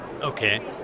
Okay